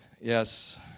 Yes